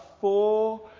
four